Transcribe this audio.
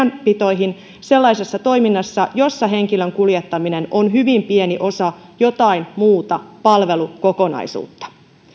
sellaisessa toiminnassa jossa henkilön kuljettaminen on hyvin pieni osa jotain muuta palvelukokonaisuutta